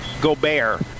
Gobert